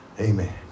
Amen